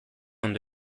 ondo